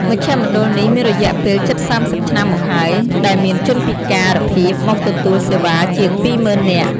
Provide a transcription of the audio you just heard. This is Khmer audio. មជ្ឈមណ្ឌលនេះមានរយៈពេលជិត៣០ឆ្នាំមកហើយ ដែលមានជនពិការភាពមកទទួលសេវាជាង២មុឺននាក់។